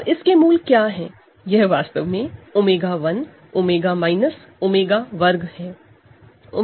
और इस के रूट क्या है यह वास्तव में 𝜔1 𝜔 माइनस 𝜔2 है